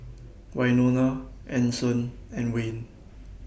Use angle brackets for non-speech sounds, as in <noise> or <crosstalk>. Wynona Anson and Wayne <noise>